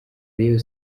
rayon